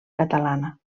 catalana